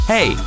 Hey